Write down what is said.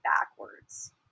backwards